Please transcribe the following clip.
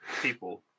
people